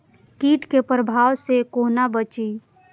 कीट के प्रभाव से कोना बचीं?